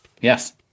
Yes